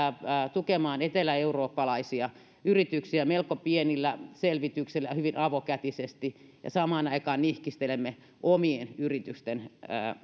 tukemaan eteläeurooppalaisia yrityksiä melko pienillä selvityksillä ja hyvin avokätisesti ja samaan aikaan nihkistelemme omien yritysten